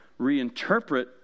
reinterpret